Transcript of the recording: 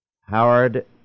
Howard